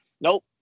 Nope